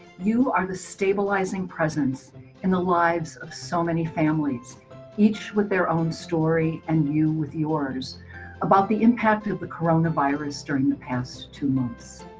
you are the stabilizing presence in the lives of so many families each with their own story and you with yours about the impact of the corona virus during the past two months.